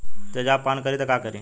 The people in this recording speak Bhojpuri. तेजाब पान करी त का करी?